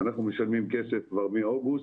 אנחנו משלמים כסף כבר מאוגוסט,